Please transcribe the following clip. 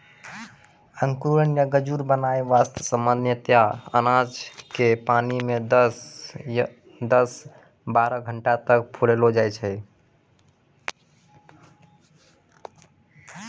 अंकुरण या गजूर बनाय वास्तॅ सामान्यतया अनाज क पानी मॅ दस सॅ बारह घंटा तक फुलैलो जाय छै